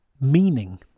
meaning